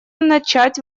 начать